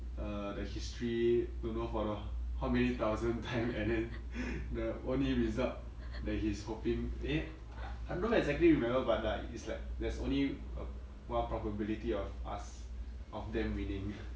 err the history don't know for the how many thousand time and then the only result that he's hoping eh I don't exactly remember but like it's like there's only a one probability of us of them winning